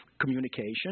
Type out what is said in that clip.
communication